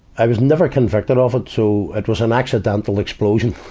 i was never convicted of it, so it was an accidental explosion.